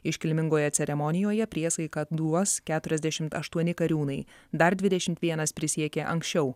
iškilmingoje ceremonijoje priesaiką duos keturiasdešimt aštuoni kariūnai dar dvidešimt vienas prisiekė anksčiau